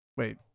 Wait